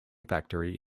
factory